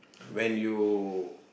when you